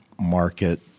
market